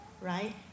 right